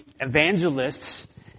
evangelists